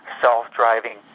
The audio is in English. self-driving